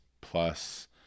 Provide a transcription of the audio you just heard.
plus